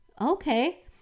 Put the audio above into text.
okay